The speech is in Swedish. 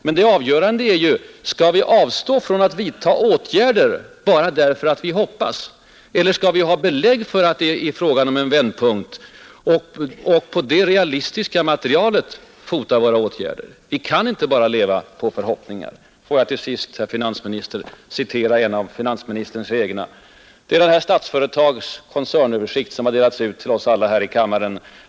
Men det avgörande är om vi nu skall avstå från att vidta stimulansåtgärder bara därför att vi hoppas eller om vi först skall se till att få belägg för att vi nått vändpunkten och därefter fota våra åtgärder på ett realistiskt material. Vi kan inte leva bara på förhoppningar. Får jag till sist, herr finansminister, citera en av finansministerns egna. Det gäller Statsföretag AB:s koncernöversikt, som delats ut till alla här i kammaren.